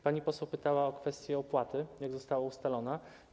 Pani poseł pytała o kwestię opłaty, jak została ona ustalona.